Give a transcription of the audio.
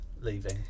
leaving